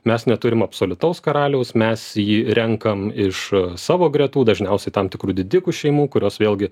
mes neturim absoliutaus karaliaus mes jį renkam iš savo gretų dažniausiai tam tikrų didikų šeimų kurios vėlgi